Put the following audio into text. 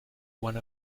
one